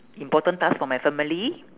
important task for my family